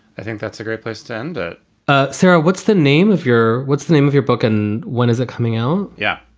i think that's a great question ah sarah, what's the name of your. what's the name of your book and when is it coming home? yeah,